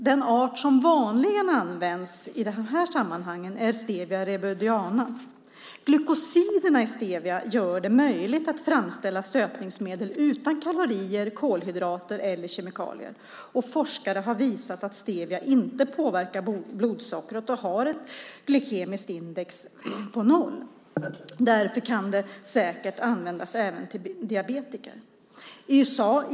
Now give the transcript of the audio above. Den art som vanligen används i de här sammanhangen är Stevia rebaudiana. Glykosiderna i stevia gör det möjligt att framställa sötningsmedel utan kalorier, kolhydrater eller kemikalier. Forskare har visat att stevia inte påverkar blodsockret och har ett glykemiskt index på noll. Därför kan det säkert användas även av diabetiker.